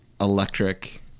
electric